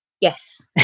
Yes